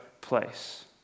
place